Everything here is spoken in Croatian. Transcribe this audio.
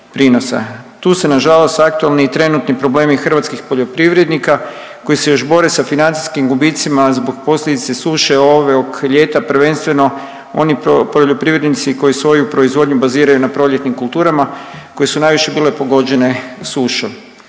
Tu se nažalost aktualni i trenutni problemi hrvatskih poljoprivrednika koji se još bore sa financijskim gubitcima zbog posljedice suše ovog ljeta, prvenstveno oni poljoprivrednici koji svoju proizvodnju baziraju na proljetnim kulturama, koje su najviše bile pogođene sušom.